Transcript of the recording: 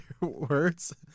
words